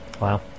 Wow